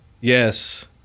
Yes